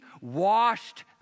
washed